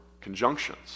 conjunctions